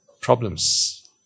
problems